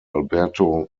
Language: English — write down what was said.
alberto